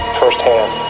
firsthand